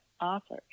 author